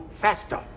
faster